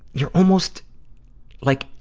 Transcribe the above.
you're almost like,